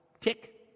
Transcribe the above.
Tick